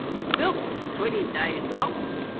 the milk was twenty days old,